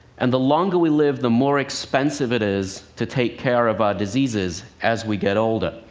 and the longer we live, the more expensive it is to take care of our diseases as we get older.